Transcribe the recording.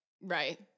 Right